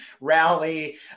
rally